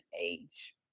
age